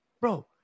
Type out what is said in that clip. Bro